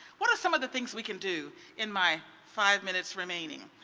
what are some of the things we can do in my five minutes remaining?